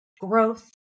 growth